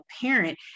parent